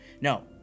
No